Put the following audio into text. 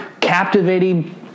captivating